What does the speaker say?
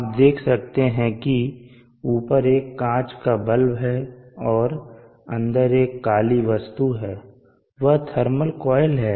आप देख सकते हैं कि ऊपर एक कांच का बल्ब है और अंदर एक काली वस्तु है वह थर्मल कॉइल है